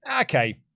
okay